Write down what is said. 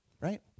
right